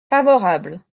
favorable